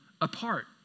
apart